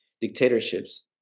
dictatorships